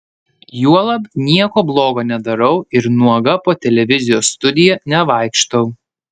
juolab nieko blogo nedarau ir nuoga po televizijos studiją nevaikštau